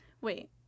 Wait